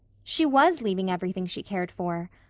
she was leaving everything she cared for.